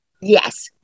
Yes